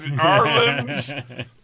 Ireland